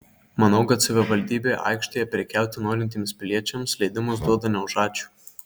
manau kad savivaldybė aikštėje prekiauti norintiems piliečiams leidimus duoda ne už ačiū